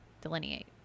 delineate